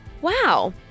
wow